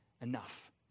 enough